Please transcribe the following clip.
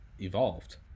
evolved